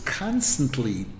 constantly